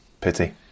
Pity